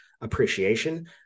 appreciation